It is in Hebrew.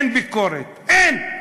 אין ביקורת, אין.